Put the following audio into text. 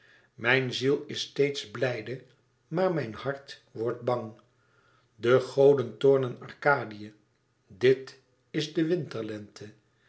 mijn ziel is steeds blijde maar mijn hart wordt bang de goden toornen arkadië dit is de